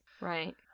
right